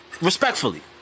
respectfully